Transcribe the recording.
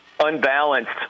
unbalanced